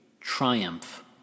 Triumph